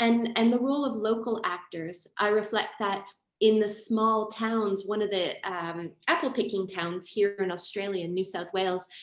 and and the role of local actors. i reflect that in the small towns, one of the apple picking towns here in and australia, and new south wales,